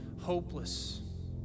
hopeless